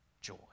joy